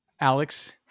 Alex